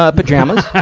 ah pajamas, ah